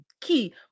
key